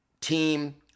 team